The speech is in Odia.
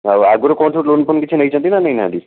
ଆଉ ଆଗରୁ କ'ଣ ସବୁ ଲୋନ ଫୋନ କିଛି ନେଇଛନ୍ତି ନା ନେଇନାହାନ୍ତି